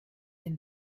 denn